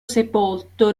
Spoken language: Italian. sepolto